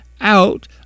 out